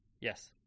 Yes